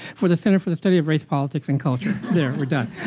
for the center for the study of race politics and culture. there, we're done.